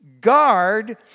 guard